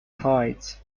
tides